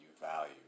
value